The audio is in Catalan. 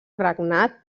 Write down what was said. regnat